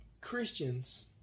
Christians